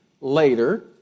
later